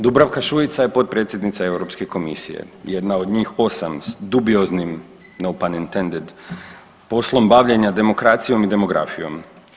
Dubravka Šuica je potpredsjednica Europske komisije, jedna od njih 8 s dubioznim …/Govornik govori na engleskom jeziku/…poslom bavljenja demokracijom i demografijom.